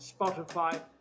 Spotify